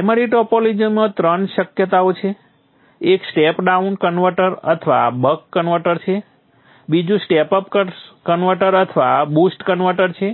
primary ટોપોલોજીમાં જ ત્રણ શક્યતાઓ છે એક સ્ટેપ ડાઉન કન્વર્ટર અથવા બક કન્વર્ટર છે બીજું સ્ટેપ અપ કન્વર્ટર અથવા બૂસ્ટ કન્વર્ટર છે